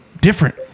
different